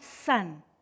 son